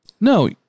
no